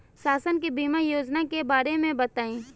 शासन के बीमा योजना के बारे में बताईं?